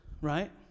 Right